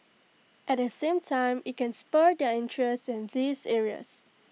at the same time IT can spur their interest in these areas